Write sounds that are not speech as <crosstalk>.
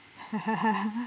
<laughs>